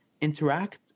interact